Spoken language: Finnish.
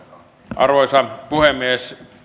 arvoisa puhemies